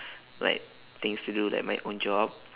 like things to do like my own job